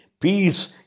peace